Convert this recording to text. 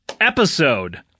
episode